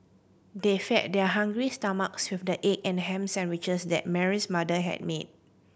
they fed their hungry stomachs with the egg and ham sandwiches that Mary's mother had made